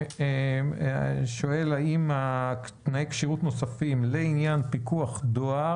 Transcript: אני שואל האם תנאי כשירות נוספים לעניין פיקוח דואר,